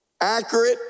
accurate